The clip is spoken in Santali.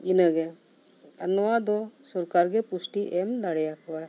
ᱤᱱᱟᱹᱜᱮ ᱟᱨ ᱱᱚᱣᱟ ᱫᱚ ᱥᱚᱨᱠᱟᱨ ᱜᱮ ᱯᱩᱥᱴᱤ ᱮᱢᱫᱟᱲᱮ ᱟᱠᱚᱣᱟᱭ